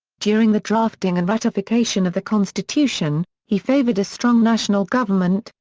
during the drafting and ratification of the constitution, he favored a strong national government,